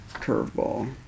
curveball